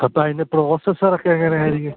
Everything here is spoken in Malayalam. അപ്പോൾ അതിൻ്റെ പ്രോസസറൊക്കെ എങ്ങനെ ആയിരിക്കും